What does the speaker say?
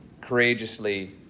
courageously